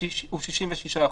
היו לנו לא מעט שיחות.